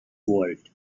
world